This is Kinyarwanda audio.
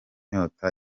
inyota